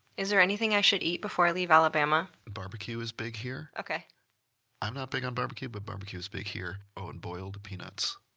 is there anything i should eat before i leave alabama? barbecue is big here. i'm not big on barbecue, but barbecue is big here. oh, and boiled peanuts.